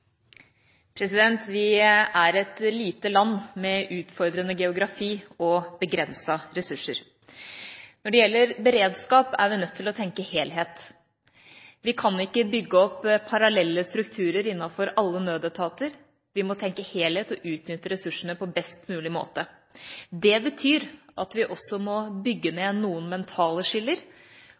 et lite land med utfordrende geografi og begrensede ressurser. Når det gjelder beredskap, er vi nødt til å tenke helhet. Vi kan ikke bygge opp parallelle strukturer innenfor alle nødetater, vi må tenke helhet og utnytte ressursene på best mulig måte. Det betyr at vi også må bygge ned noen mentale skiller,